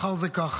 מחר זה ככה.